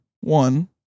One